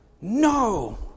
no